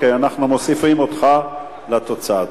מוסיפים אותך לתוצאה.